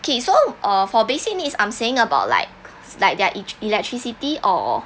kay so uh for basic needs I'm saying about like like their e~ electricity or